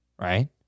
right